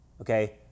Okay